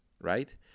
right